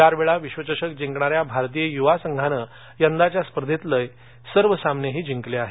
चार वेळा विश्वचषक जिंकणाऱ्या भारतीय युवा संघानं यंदाच्या स्पर्धेतले सर्व सामनेही जिंकले आहेत